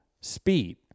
speed